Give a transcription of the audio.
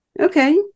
okay